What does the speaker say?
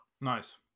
Nice